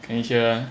can hear ah